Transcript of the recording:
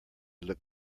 look